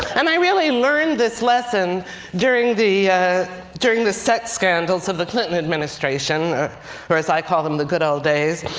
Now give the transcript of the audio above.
and i really learned this lesson during the during the sex scandals of the clinton administration or, or as i call them, the good ol' days.